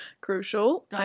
Crucial